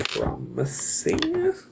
promising